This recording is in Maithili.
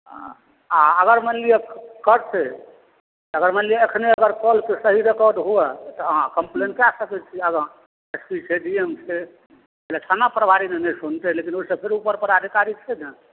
आ अगर मानि लिअ करतै तऽ अगर मानि लिअ एखने अगर कॉलके सही रिकॉर्ड हुए तऽ अहाँ कम्प्लेन कए सकैत छी आगाँ एस पी छै डी एम छै अरे थाना प्रभारी ने नहि सुनतै लेकिन ओहिसँ ऊपर पदाधिकारी छै ने